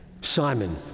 Simon